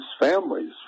families